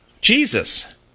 Jesus